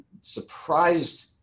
surprised